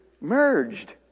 merged